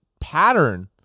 pattern